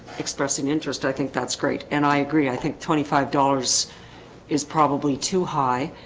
expressing interest, i think that's great and i agree i think twenty five dollars is probably too high,